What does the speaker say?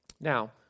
Now